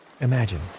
imagine